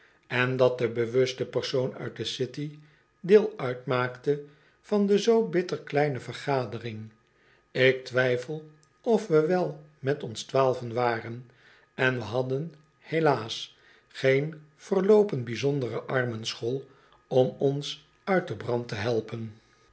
en dat de bewuste persoon uit de city deel uitmaakte van de zoo bitter kleine vergadering ik twijfel of we wel met ons twaalven waren en we hadden helaas geen verloopen bijzondere armen school om ons uit den brand te helpen